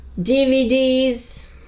DVDs